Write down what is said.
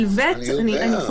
ואז המידע הזה